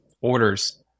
orders